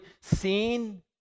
seen